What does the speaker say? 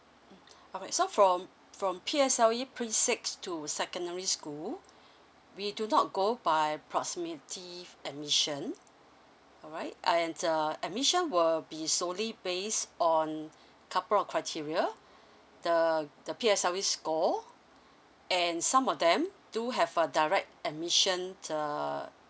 alright so from from P_S_L_E pre six to secondary school we do not go by proximity admissions alright and err admission will be solely based on couple of criteria the the P_S_L_E score and some of them do have uh direct admission uh